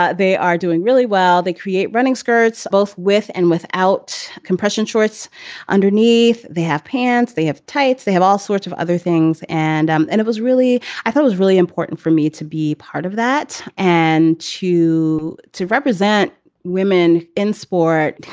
ah they are doing really well. they create running skirts both with and without compression shorts underneath. they have pants. they have tights. they have all sorts of other things. and um and it was really i thought was really important for me to be part of that and to to represent women in sport.